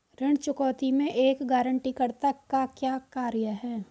ऋण चुकौती में एक गारंटीकर्ता का क्या कार्य है?